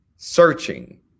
Searching